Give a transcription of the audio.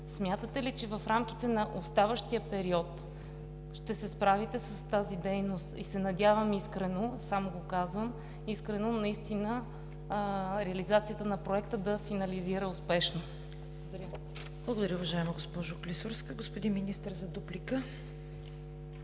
Смятате ли, че в рамките на оставащия период ще се справите с тази дейност и се надявам искрено, само го казвам, наистина реализацията на Проекта да финализира успешно? Благодаря. ПРЕДСЕДАТЕЛ ЦВЕТА КАРАЯНЧЕВА: Благодаря, уважаема госпожо Клисурска. Господин Министър – за дуплика.